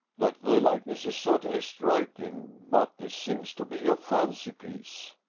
that the likeness is certainly striking but this seems to be a fancy piece.